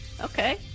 Okay